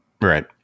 right